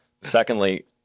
Secondly